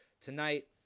Tonight